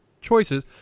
choices